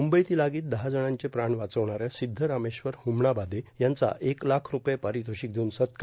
मुंबईतील आगीत दहा जणांचे प्राण वाचवणाऱ्या र्मिद्दरामेश्वर हुमानाबादे यांचा एक लाख रूपये पारितोषिक देऊन सत्कार